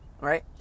Right